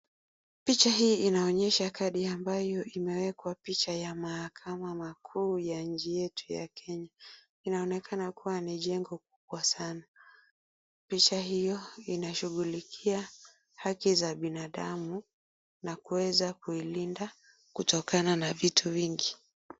Picha hii inaonyesha kadi ambayo imewekwa picha ya mahakama makuu ya nchi yetu ya Kenya, inaonekana kuwa ni jengo kubwa sana. Picha hiyo inashughulikia haki za binadamu na kuweza kuilinda kutokana na vitu vingi.